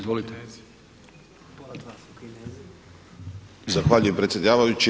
Zahvaljujem predsjedavajući.